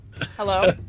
hello